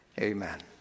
Amen